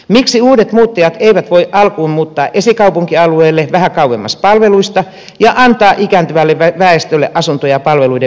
miksi uudet muuttajat eivät voi alkuun muuttaa esikaupunkialueelle vähän kauemmas palveluista ja antaa ikääntyvälle väestölle asuntoja palveluiden vierestä